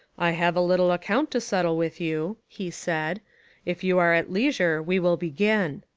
i have a little account to settle with you, he said if you are at leisure we will begin.